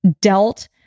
dealt